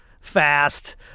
fast